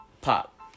pop